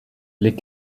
les